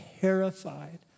terrified